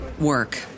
work